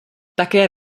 také